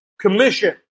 commission